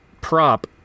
prop